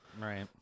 Right